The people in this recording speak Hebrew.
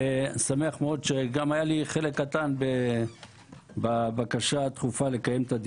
ושמח מאוד שהיה לי גם חלק קטן בבקשה הדחופה לקיים אותו.